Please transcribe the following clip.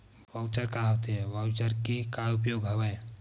Voucher का होथे voucher के का उपयोग हवय?